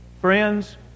Friends